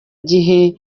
gihe